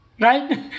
right